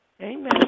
amen